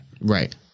Right